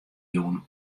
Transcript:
jûn